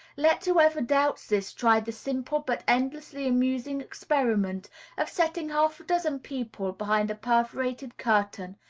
let whoever doubts this try the simple but endlessly amusing experiment of setting half a dozen people behind a perforated curtain,